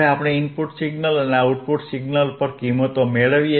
હવે આપણે input signal અને આઉટપુટ સિગ્નલ પર કિંમતો મેળવીએ